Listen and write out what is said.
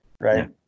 right